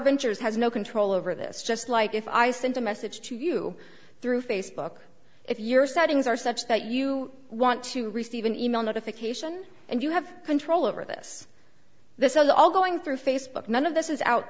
ventures has no control over this just like if i send a message to you through facebook if your settings are such that you want to receive an e mail notification and you have control over this this is all going through facebook none of this is out